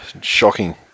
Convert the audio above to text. Shocking